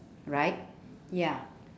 right ya